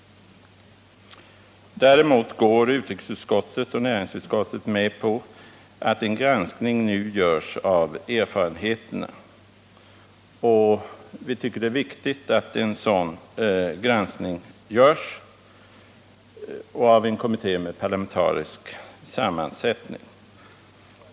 Däremot går utrikesutskottet och näringsutskottet med på att en granskning nu görs av erfarenheterna. Vi tycker det är viktigt att en sådan granskning görs och att den görs av en kommitté med parlamentarisk sammansättning.